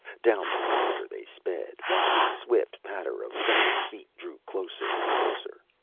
down the corridor they sped, while the swift patter of flying feet drew closer and closer,